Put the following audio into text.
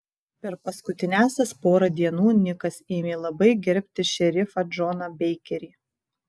per paskutiniąsias porą dienų nikas ėmė labai gerbti šerifą džoną beikerį